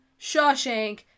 Shawshank